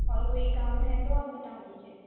और कोई काम है तो आप बता दीजिए